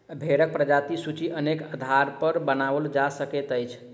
भेंड़क प्रजातिक सूची अनेक आधारपर बनाओल जा सकैत अछि